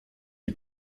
die